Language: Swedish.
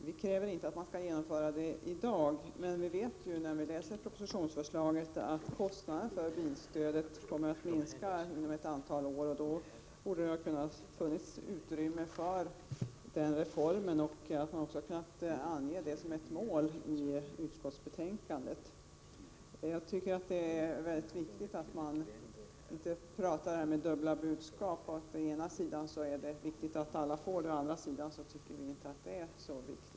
Vi kräver inte att bilstöd för den gruppen skall införas i dag, men vi vet ju att kostnaden för bilstödet kommer att minska inom ett antal år. Då borde det finnas utrymme för en vidgning av personkretsen, och jag tycker att utskottet borde ha kunnat ange det som ett mål. Jag tycker att det är viktigt att man inte för fram dubbla budskap. Å ena sidan är det viktigt att alla får stöd, och å andra sidan är det tydligen inte så viktigt.